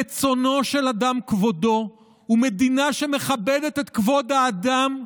רצונו של אדם כבודו, ומדינה שמכבדת את כבוד האדם,